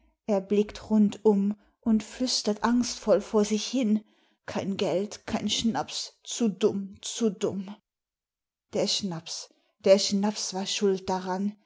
er blickt rundum und flüstert angstvoll vor sich hin kein geld kein schnaps zu dumm zu dumm der schnaps der schnaps war schuld daran